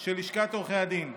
של לשכת עורכי הדין.